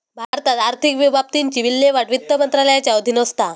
भारतात आर्थिक बाबतींची विल्हेवाट वित्त मंत्रालयाच्या अधीन असता